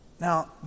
Now